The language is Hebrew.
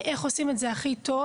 איך עושים את זה הכי טוב